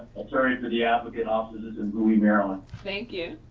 attorney for the applicant offices in louis, maryland. thank you.